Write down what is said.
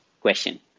question